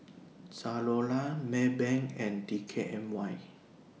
Zalora Maybank and D K N Y